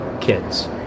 kids